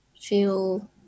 feel